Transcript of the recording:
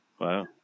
Wow